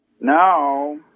Now